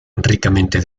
ricamente